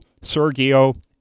Sergio